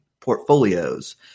portfolios